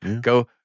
Go